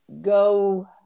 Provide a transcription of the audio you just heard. go